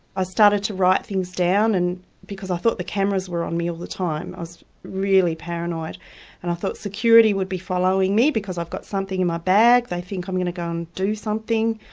i started to write things down and because i thought the cameras were on me all the time, i was really paranoid and i thought security would be following me because i've got something in my bag, bag, they think i'm going to go and do something.